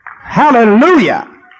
Hallelujah